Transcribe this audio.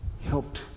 helped